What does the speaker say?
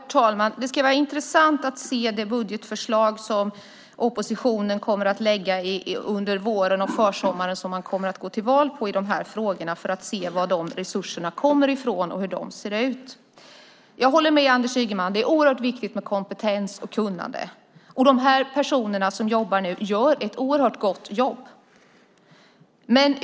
Herr talman! Det ska bli intressant att se det budgetförslag som oppositionen lägger fram under våren och försommaren och som man kommer att gå till val på i de här frågorna och få se varifrån resurserna kommer och hur de ser ut. Jag håller med Anders Ygeman om att det är oerhört viktigt med kompetens och kunnande. De personer som jobbar nu gör ett gott jobb.